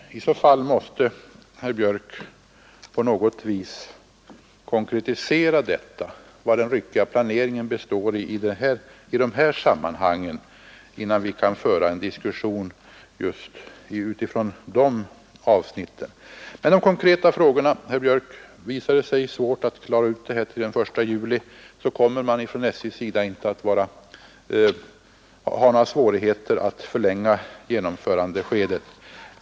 I så fall måste herr Björk på något vis konkretisera vari den ryckiga planeringen består i dessa sammanhang, innan vi kan föra en diskussion just ifrån dessa avsnitt. Men till de konkreta frågorna, herr Björk! Visar det sig svårt att klara ut detta före den 1 juli kommer man från SJ:s sida inte att ha någon svårighet att förlänga genomförandeskedet.